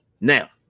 Now